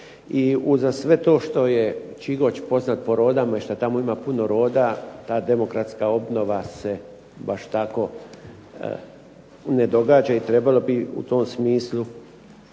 i uza sve to što je Čigoč poznat po rodama i šta tamo ima puno roda, ta demografska obnova se baš tako ne događa i trebalo bi u tom smislu